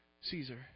Caesar